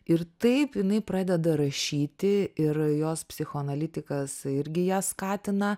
ir taip jinai pradeda rašyti ir jos psichoanalitikas irgi ją skatina